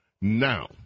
Now